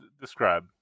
describe